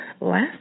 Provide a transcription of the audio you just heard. Last